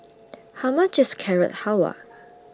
How much IS Carrot Halwa